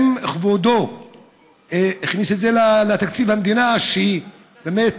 האם כבודו הכניס את זה לתקציב המדינה, שבאמת